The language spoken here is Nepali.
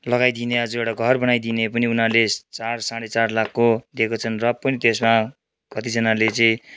लगाइदिने आज घर बनाइदिने उनीहरूले चार साढे चार लाखको दिएको छन् र पनि त्यसमा कतिजनाले चाहिँ